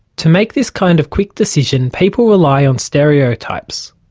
to make this kind of quick decision, people rely on stereotypes.